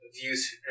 views